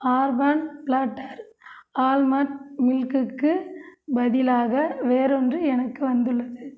urban platter almond மில்க்குக்குப் பதிலாக வேறொன்று எனக்கு வந்துள்ளது